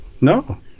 no